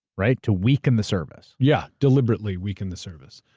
right? to weaken the service. yeah. deliberately weaken the service.